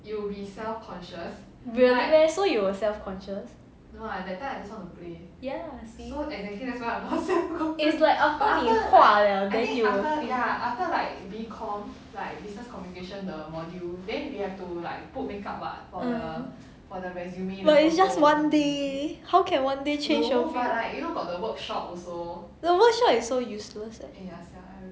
really meh so you will self-conscious ya see is like after 你画了 then you will feel mm but is just one day how can one day change your view the workshop is so useless eh